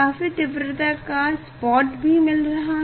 काफी तीव्रता का स्पॉट मिल रहा है